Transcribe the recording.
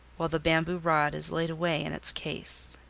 while the bamboo rod is laid away in its case.